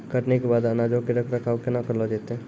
कटनी के बाद अनाजो के रख रखाव केना करलो जैतै?